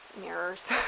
mirrors